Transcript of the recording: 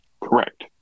Correct